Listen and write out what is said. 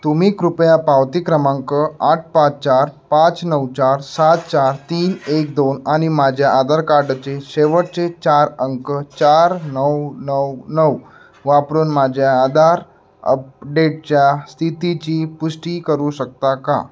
तुम्ही कृपया पावती क्रमांक आठ पाच चार पाच नऊ चार सात चार तीन एक दोन आणि माझ्या आधार कार्डचे शेवटचे चार अंक चार नऊ नऊ नऊ वापरून माझ्या आधार अपडेटच्या स्थितीची पुष्टी करू शकता का